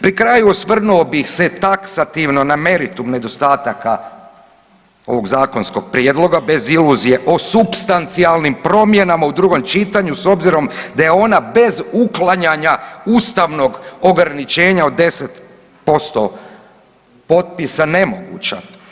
Pri kraju, osvrnuo bih se taksativno na meritum nedostataka ovog zakonskog Prijedloga, bez iluzije o supstancijalnim promjenama u drugom čitanju s obzirom da je ona bez uklanjanja ustavnog ograničenja od 10% potpisa nemoguća.